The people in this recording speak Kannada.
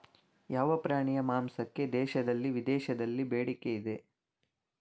ಯಾವ ಪ್ರಾಣಿಯ ಮಾಂಸಕ್ಕೆ ದೇಶದಲ್ಲಿ ವಿದೇಶದಲ್ಲಿ ಬೇಡಿಕೆ ಇದೆ?